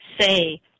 say